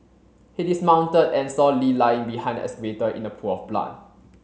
he dismounted and saw Lee lying behind the excavator in a pool of blood